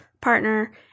partner